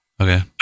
Okay